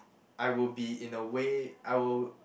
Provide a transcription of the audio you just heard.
I would be in a way I will